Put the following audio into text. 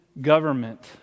government